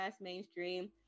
mainstream